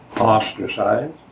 ostracized